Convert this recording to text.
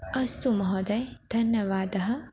अस्तु महोदय धन्यवादः